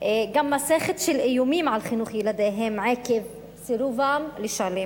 גם מסכת של איומים על חינוך ילדיהם עקב סירובם לשלם.